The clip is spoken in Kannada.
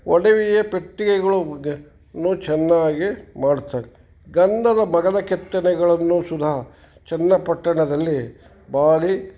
ಒಡವೆಯ ಪೆಟ್ಟಿಗೆಗಳು ಗ್ ನ್ನು ಚೆನ್ನಾಗಿ ಮಾಡುತ್ತಾರೆ ಗಂಧದ ಮರದ ಕೆತ್ತನೆಗಳನ್ನು ಸುದ ಚನ್ನಪಟ್ಟಣದಲ್ಲಿ ಭಾರಿ